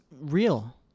real